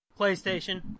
PlayStation